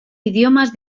idiomas